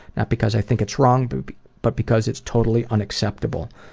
not because i think it's wrong, but but because it's totally unacceptable.